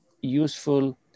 useful